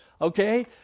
okay